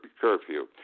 curfew